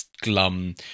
glum